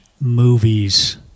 movies